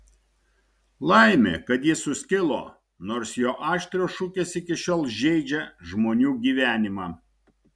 laimė kad ji suskilo nors jo aštrios šukės iki šiol žeidžia žmonių gyvenimą